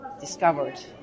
discovered